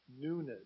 Newness